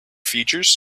features